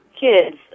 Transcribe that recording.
kids